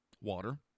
water